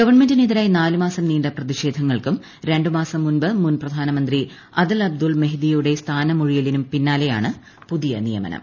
ഗവൺമെന്റിന് എതിരായി നാലു മാസം നീണ്ട പ്രതിഷേധങ്ങൾക്കും രണ്ടു മാസം മുമ്പ് മുൻ പ്രധാനമന്ത്രി അദൽ അബ്ദുൾ മെഹ്ദിയുടെ സ്ഥാനമൊഴിയലിനും പിന്നാലെയാണ് പുതിയ നിയമനം